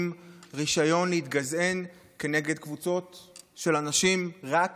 רישיון להתגזען כנגד קבוצות של אנשים רק